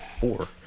four